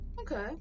Okay